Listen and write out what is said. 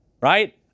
right